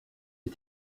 est